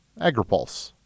AgriPulse